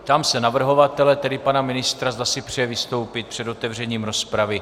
Ptám se navrhovatele, tedy pana ministra, zda si přeje vystoupit před otevřením rozpravy.